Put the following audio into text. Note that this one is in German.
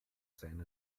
sein